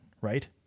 right